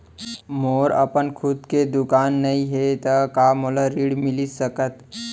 मोर अपन खुद के दुकान नई हे त का मोला ऋण मिलिस सकत?